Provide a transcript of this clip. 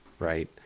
right